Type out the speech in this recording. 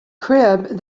crib